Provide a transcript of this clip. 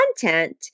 content